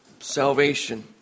Salvation